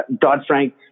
Dodd-Frank